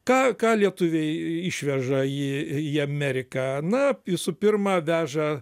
ką ką lietuviai išveža į į ameriką na visų pirma veža